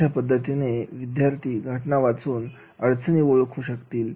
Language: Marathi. अशा पद्धतीने विद्यार्थी घटना वाचून समस्याओळखू शकतील